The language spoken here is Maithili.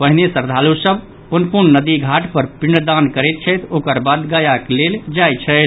पहिने श्रद्दालु सभ पुनपुन नदी घाट पर पिंडदान करैत छथि ओकर बाद गयाक लेल जाय छथि